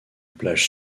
plage